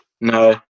no